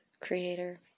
creator